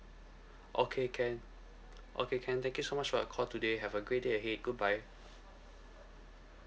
okay can okay can thank you so much for your call today have a great day ahead goodbye